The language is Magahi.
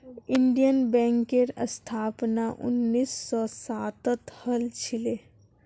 इंडियन बैंकेर स्थापना उन्नीस सौ सातत हल छिले